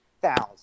thousand